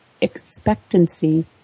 expectancy